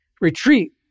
retreat